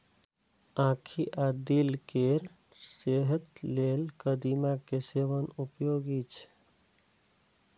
आंखि आ दिल केर सेहत लेल कदीमा के सेवन उपयोगी छै